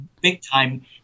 Big-time